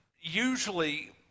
usually